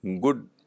good